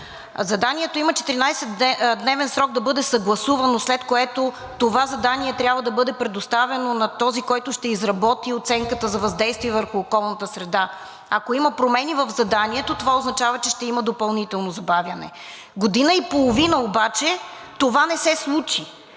Заданието има 14-дневен срок да бъде съгласувано, след което това задание трябва да бъде предоставено на този, който ще изработи оценката за въздействие върху околната среда. Ако има промени в заданието, това означава, че ще има допълнително забавяне. Година и половина обаче това не се случи